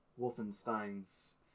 wolfenstein's